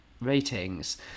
ratings